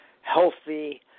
healthy